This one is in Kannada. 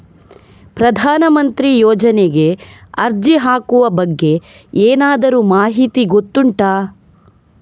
ಪ್ರಧಾನ ಮಂತ್ರಿ ಯೋಜನೆಗೆ ಅರ್ಜಿ ಹಾಕುವ ಬಗ್ಗೆ ಏನಾದರೂ ಮಾಹಿತಿ ಗೊತ್ತುಂಟ?